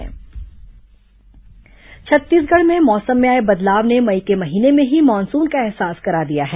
मौसम छत्तीसगढ़ में मौसम में आए बदलाव ने मई के महीने में ही मानसून का अहसास करा दिया है